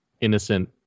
innocent